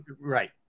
Right